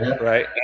right